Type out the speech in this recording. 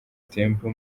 temple